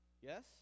Yes